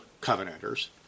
Covenanters